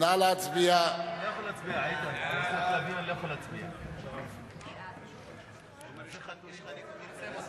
ההצעה להעביר את הצעת חוק להסדרת